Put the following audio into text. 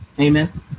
Amen